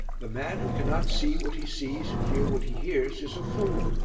the man who cannot see what he sees and hear what he hears is a fool.